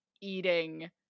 eating